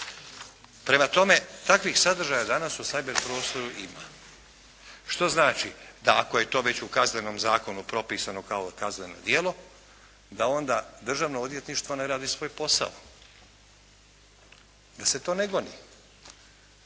Prema tome, takvih sadržaja danas u cyber prostoru ima. Što znači, da ako je to već u Kaznenom zakonu propisano kao kazneno djelo, da onda Državno odvjetništvo ne radi svoj posao, da se to ne goni,